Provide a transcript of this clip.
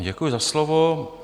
Děkuji za slovo.